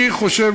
אני חושב